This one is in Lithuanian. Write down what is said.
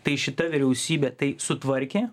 tai šita vyriausybė tai sutvarkė